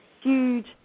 huge